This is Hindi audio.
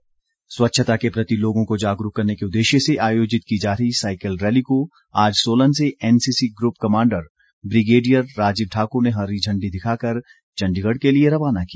साईकिल रैली स्वच्छता के प्रति लोगों को जागरूक करने के उद्देश्य से आयोजित की जा रही रैली को आज सोलन से NCC group commander brigadier Rajiv Thakur ने हरी झंडी दिखाकर चण्डीगढ़ के लिए रवाना किया